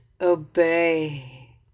obey